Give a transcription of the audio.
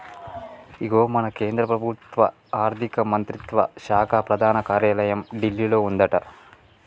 ఇగో మన కేంద్ర ప్రభుత్వ ఆర్థిక మంత్రిత్వ శాఖ ప్రధాన కార్యాలయం ఢిల్లీలో ఉందట